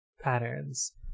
patterns